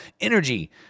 energy